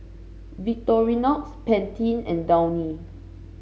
Victorinox Pantene and Downy